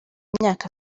imyaka